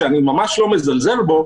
שאני ממש לא מזלזל בו,